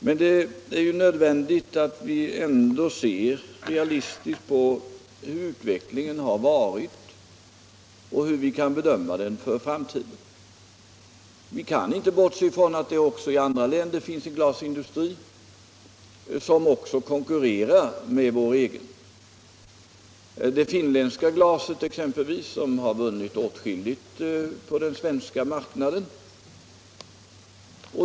Men det är ändå nödvändigt att se realistiskt på hurdan utvecklingen har varit och hur vi skall bedöma den för framtiden. Vi kan inte bortse från att det också i andra länder finns en glasindustri som konkurrerar med vår egen — det finländska glaset exempelvis har vunnit åtskilligt av den svenska marknaden.